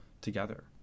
together